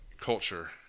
culture